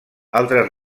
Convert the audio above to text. altres